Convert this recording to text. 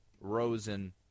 Rosen